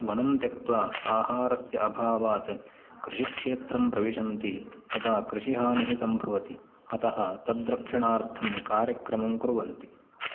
वनं त्यक्त्वा आहारस्य अभावात् कृषिक्षेत्रं प्रविशन्ति तदा कृषिहानिः सम्भवति अतः तद्रक्षणार्थं कार्यक्रमं कुर्वन्ति